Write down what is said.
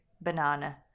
banana